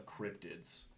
cryptids